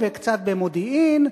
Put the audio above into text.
וקצת במודיעין,